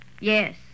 Yes